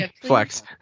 flex